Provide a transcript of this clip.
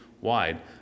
wide